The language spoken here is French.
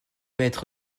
maître